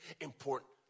important